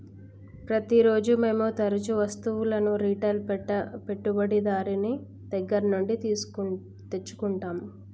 ప్రతిరోజూ మేము తరుచూ వస్తువులను రిటైల్ పెట్టుబడిదారుని దగ్గర నుండి తెచ్చుకుంటం